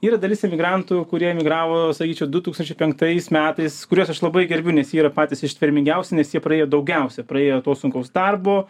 yra dalis emigrantų kurie emigravo sakyčiau du tūkstančiai penktais metais kuriuos aš labai gerbiu nes jie yra patys ištvermingiausi nes jie praėjo daugiausia praėjo to sunkaus darbo